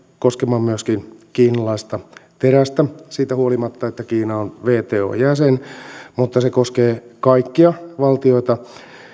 koskemaan myöskin kiinalaista terästä siitä huolimatta että kiina on wton jäsen se koskee kaikkia valtiota